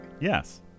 Yes